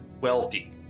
wealthy